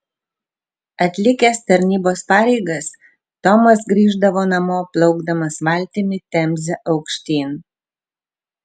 atlikęs tarnybos pareigas tomas grįždavo namo plaukdamas valtimi temze aukštyn